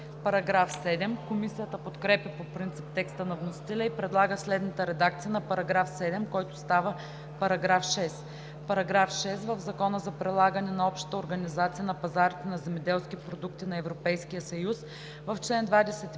им.“ Комисията подкрепя по принцип текста на вносителя и предлага следната редакция на § 7, който става § 6: „§ 6. В Закона за прилагане на Общата организация на пазарите на земеделски продукти на Европейския съюз (обн.,